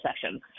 session